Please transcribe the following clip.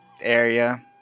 area